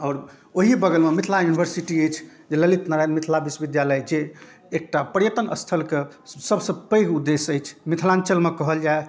आओर ओहि बगलमे मिथिला यूनिवर्सिटी अछि जे ललित नारायण मिथिला विश्वविद्यालय जे एकटा पर्यटन अस्थलके सबसँ पैघ उद्देश्य अछि मिथिलाञ्चलमे कहल जाए